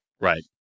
Right